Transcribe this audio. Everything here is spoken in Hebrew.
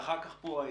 ואחר כך פה,